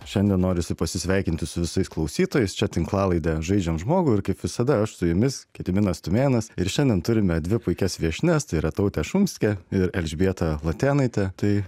šiandien norisi pasisveikinti su visais klausytojais čia tinklalaidė žaidžiam žmogų ir kaip visada aš su jumis gediminas tumėnas ir šiandien turime dvi puikias viešnias tai yra tautė šumskė ir elžbieta latėnaitė tai